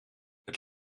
het